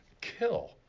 kill